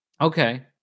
okay